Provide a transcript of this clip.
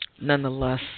nonetheless